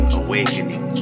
awakening